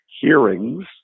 hearings